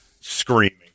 screaming